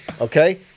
okay